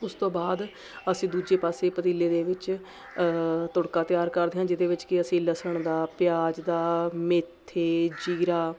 ਉਸ ਤੋਂ ਬਾਅਦ ਅਸੀਂ ਦੂਜੇ ਪਾਸੇ ਪਤੀਲੇ ਦੇ ਵਿੱਚ ਤੜਕਾ ਤਿਆਰ ਕਰਦੇ ਹਾਂ ਜਿਹਦੇ ਵਿੱਚ ਕਿ ਅਸੀਂ ਲਸਣ ਦਾ ਪਿਆਜ਼ ਦਾ ਮੇਥੇ ਜੀਰਾ